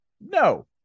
No